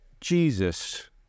Jesus